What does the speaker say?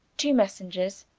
two messengers,